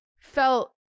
felt